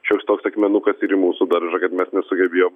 šioks toks akmenukasir į mūsų daržą kad mes nesugebėjom